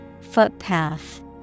Footpath